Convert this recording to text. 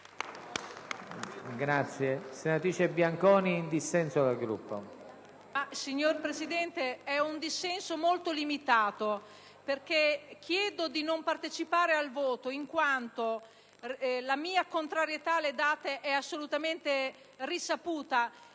titolo personale. Il mio dissenso è molto limitato, perché chiedo di non partecipare al voto in quanto la mia contrarietà alle DAT è assolutamente risaputa,